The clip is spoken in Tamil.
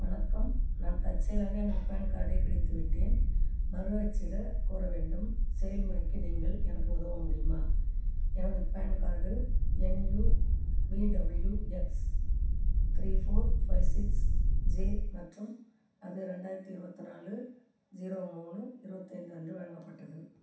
வணக்கம் நான் தற்செயலாக எனது பான் கார்டை கிழித்துவிட்டேன் மறு அச்சிடக் கோர வேண்டும் செயல்முறைக்கு நீங்கள் எனக்கு உதவ முடியுமா எனது பான் கார்டு எண் U V W X three four five six J மற்றும் அது ரெண்டாயிரத்தி இருபத்து நாலு ஜீரோ மூணு இருபத்தி ஐந்து அன்று வழங்கப்பட்டது